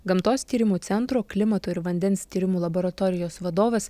gamtos tyrimų centro klimato ir vandens tyrimų laboratorijos vadovas